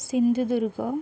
Sindhudurg